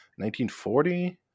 1940